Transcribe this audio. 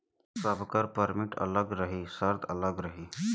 सबकर परमिट अलग रही सर्त अलग रही